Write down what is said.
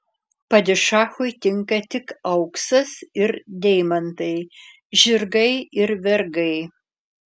padišachui tinka tik auksas ir deimantai žirgai ir vergai